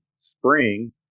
spring